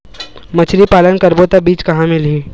मछरी पालन करबो त बीज कहां मिलही?